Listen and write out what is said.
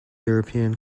european